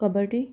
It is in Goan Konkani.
कबड्डी